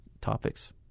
topics